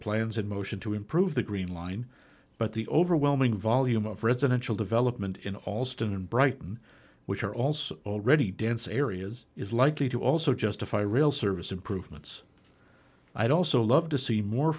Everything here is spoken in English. plans in motion to improve the green line but the overwhelming volume of residential development in allston and brighton which are also already dense areas is likely to also justify rail service improvements i'd also love to see more